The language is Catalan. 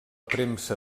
premsa